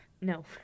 no